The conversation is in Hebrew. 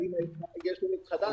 לאימא יש ילד חדש.